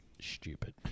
stupid